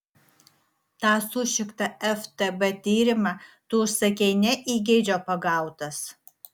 tą sušiktą ftb tyrimą tu užsakei ne įgeidžio pagautas